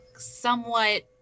somewhat